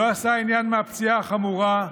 לא עשה עניין מהפציעה החמורה,